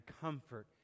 comfort